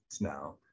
now